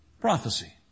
prophecy